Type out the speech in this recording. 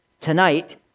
tonight